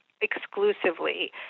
exclusively